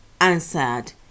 answered